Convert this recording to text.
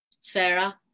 Sarah